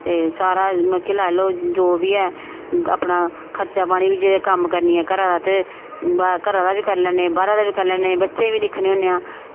ते सारा मतलब लाई लो जो बी ऐ अपना खर्चा पानी बी जे कम्म करनी आं घरा दा ते घरा दा बी करी लैन्नी बाह्रा दा बी करी लैन्नी ते बच्चें बी दिक्खने होन्ने आं